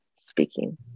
speaking